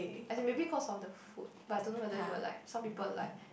as in maybe cause of the food but I don't know whether you will like some people like